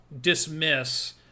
dismiss